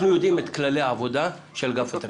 יודעים את כללי העבודה של אגף התקציבים.